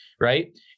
right